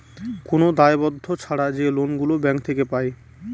কোন দায়বদ্ধ ছাড়া যে লোন গুলো ব্যাঙ্ক থেকে পায়